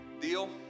Deal